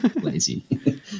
lazy